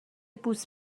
بوس